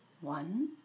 One